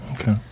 Okay